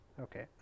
Okay